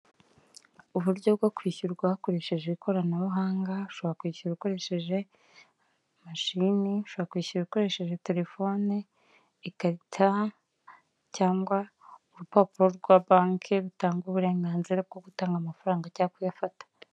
Uburyo bwo kwishyurwa hakoreshejwe ikoranabuhanga, ushobora kwishyura ukoresheje mashini, ushoborakwishyura ukoresheje telefoni, ikata, cyangwa urupapuro rwa banki rutanga uburenganzira bwo gutanga amafaranga cyangwa kuyafata.